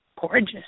gorgeous